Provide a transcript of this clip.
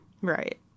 Right